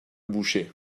boucher